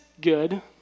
good